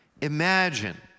Imagine